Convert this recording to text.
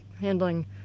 handling